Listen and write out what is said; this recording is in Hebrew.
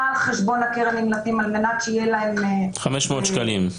על חשבון קרן נמלטים על מנת שיהיה להם --- 500 שקלים,